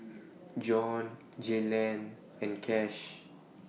Jon Jaylan and Kash